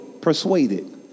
persuaded